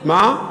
מה?